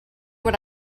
what